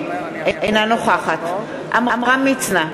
אינה נוכחת עמרם מצנע,